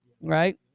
right